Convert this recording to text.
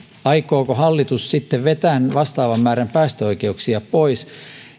aikooko hallitus sitten vetää vastaavan määrän päästöoikeuksia pois niin